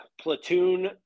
platoon